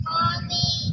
Mommy